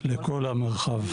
לכל המרחב.